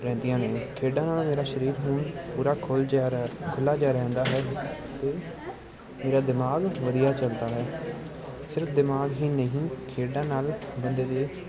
ਰਹਿੰਦੀਆਂ ਨੇ ਖੇਡਾਂ ਨਾਲ ਮੇਰਾ ਸਰੀਰ ਹੁਣ ਪੂਰਾ ਖੁੱਲ੍ਹ ਜਾ ਰਿਹਾ ਖੁੱਲ੍ਹਾ ਜਿਹਾ ਰਹਿੰਦਾ ਹੈ ਅਤੇ ਮੇਰਾ ਦਿਮਾਗ ਵਧੀਆ ਚਲਦਾ ਹੈ ਸਿਰਫ ਦਿਮਾਗ ਹੀ ਨਹੀਂ ਖੇਡਾਂ ਨਾਲ ਬੰਦੇ ਦੀ